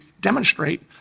demonstrate